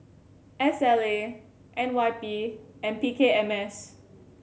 S L A N Y P and P K M S